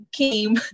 came